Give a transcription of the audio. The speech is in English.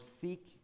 seek